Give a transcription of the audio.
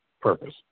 purpose